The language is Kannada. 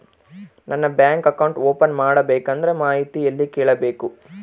ನಾನು ಬ್ಯಾಂಕ್ ಅಕೌಂಟ್ ಓಪನ್ ಮಾಡಬೇಕಂದ್ರ ಮಾಹಿತಿ ಎಲ್ಲಿ ಕೇಳಬೇಕು?